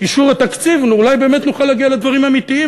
אישור התקציב אולי באמת נוכל להגיע לדברים אמיתיים,